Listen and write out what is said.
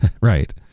Right